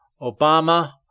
Obama